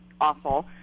awful